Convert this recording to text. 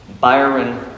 Byron